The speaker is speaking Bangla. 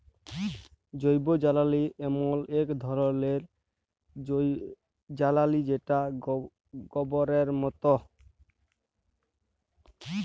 জৈবজ্বালালি এমল এক ধরলের জ্বালালিযেটা গবরের মত